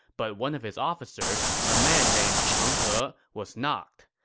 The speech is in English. but one of his officers, a man named cheng he, was not.